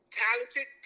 talented